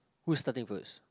who is starting first